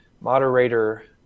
moderator